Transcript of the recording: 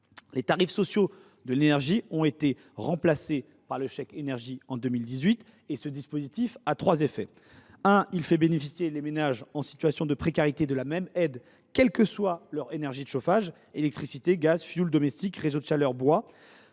Les tarifs sociaux de l’énergie ont été remplacés par le chèque énergie en 2018. Ce dispositif a trois effets. Premièrement, il fait bénéficier les ménages en situation de précarité de la même aide, quelle que soit leur énergie de chauffage – électricité, gaz, fioul domestique, réseau de chaleur, bois…